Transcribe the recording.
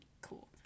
cool